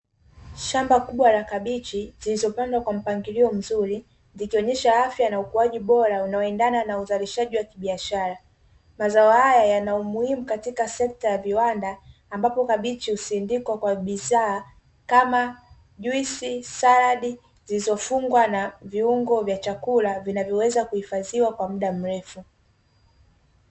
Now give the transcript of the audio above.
Shamba kubwa la kabichi, zilizopandwa kwa mpangilio mzuri, zikionyesha afya na ukuaji bora unaoendana na uzalishaji wa kibiashara. Mazao hayo yana umuhimu katika sekta ya viwanda, ambapo kabichi husindikwa kwa bidhaa kama: juisi, saladi zilizofungwa, na viungo vya chakula vinavyoweza kuhifadhiwa kwa muda mrefu.